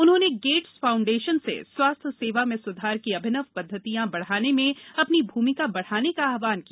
उन्होंना गृह्स फाउंडक्षान स स्वास्थ्य सवा में स्धार की अभिनव पद्धतियां बढान में अपनी भूमिका बढ़ाना का आहवान किया